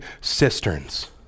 cisterns